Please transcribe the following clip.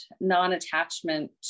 non-attachment